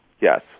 yes